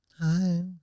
Hi